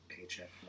paycheck